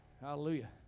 Hallelujah